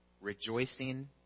rejoicing